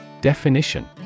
Definition